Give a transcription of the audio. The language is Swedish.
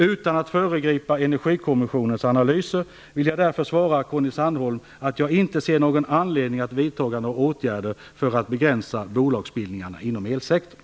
Utan att föregripa Energikommissionens analyser vill jag därför svara Conny Sandholm att jag inte ser någon anledning att vidta några åtgärder för att begränsa bolagsbildningarna inom elsektorn.